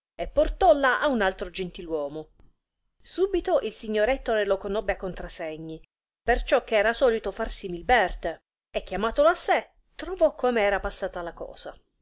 e portolla a un altro gentil uomo subito il signor ettore lo conobbe a contrasegni perciò che era solito far simil berte e chiamatolo a sé trovò come era passata la cosa